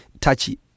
touchy